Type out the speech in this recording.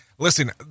Listen